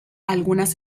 algunas